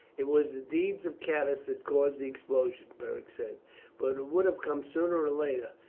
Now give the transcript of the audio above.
it was the deeds of catus that caused the explosion, beric said but it would have come sooner or later.